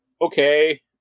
okay